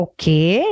Okay